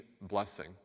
blessing